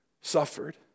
suffered